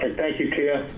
thank you, tia.